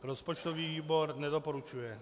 Rozpočtový výbor nedoporučuje.